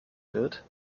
wird